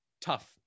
tough